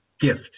gift